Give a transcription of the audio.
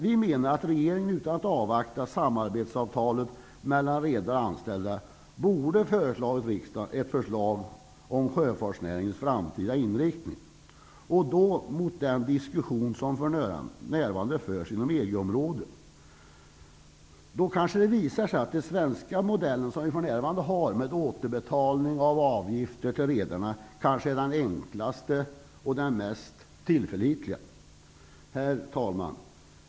Vi menar att regeringen, utan att avvakta samarbetsavtalet mellan redare och anställda, borde ha förelagt riksdagen ett förslag om sjöfartsnäringens framtida inriktning mot bakgrund av den diskussion som för närvarande förs inom EG-området. Det kanske visar sig att den svenska modell som vi för närvarande har, med återbetalning av avgifter till redarna, kanske är den enklaste och den mest tillförlitliga. Herr talman!